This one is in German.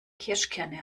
kirschkerne